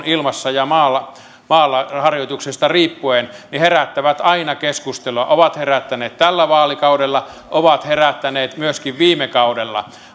ilmassa ja maalla maalla harjoituksista riippuen herättävät aina keskustelua ovat herättäneet tällä vaalikaudella ovat herättäneet myöskin viime kaudella